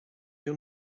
your